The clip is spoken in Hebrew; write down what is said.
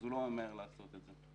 הוא לא ממהר לעשות את זה.